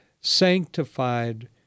sanctified